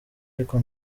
ariko